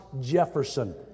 Jefferson